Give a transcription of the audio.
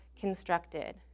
constructed